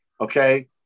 Okay